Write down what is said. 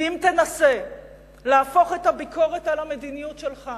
ואם תנסה להפוך את הביקורת על המדיניות שלך